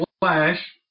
Flash